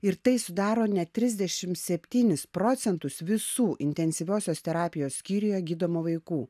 ir tai sudaro net trisdešim septynis procentų visų intensyviosios terapijos skyriuje gydomų vaikų